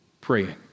praying